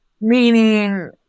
Meaning